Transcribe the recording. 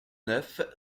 neuf